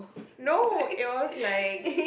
no it was like